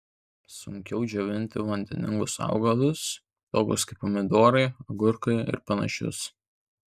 sunkiau džiovinti vandeningus augalus tokius kaip pomidorai agurkai ir panašius